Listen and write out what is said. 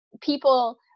people